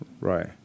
Right